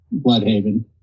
Bloodhaven